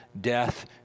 death